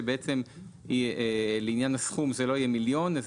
שבעצם יהיה לעניין הסכום זה לא יהיה מיליון זה